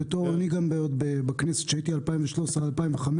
עוד כשהייתי בכנסת בין 2013 עד 2015,